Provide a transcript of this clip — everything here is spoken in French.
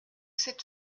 cette